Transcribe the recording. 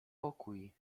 pokój